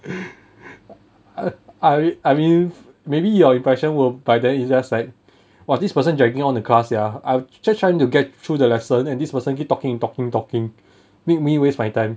I I I mean maybe your impression will by then it's just like !wah! this person dragging on the class sia I'm just trying to get through the lesson and this person keep talking and talking talking make me waste my time